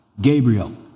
Gabriel